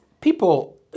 People